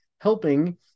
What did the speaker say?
helping